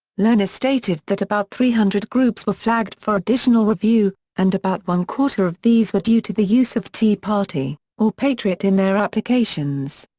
lerner stated that about three hundred groups were flagged for additional review, and about one quarter of these were due to the use of tea party or patriot in their applications.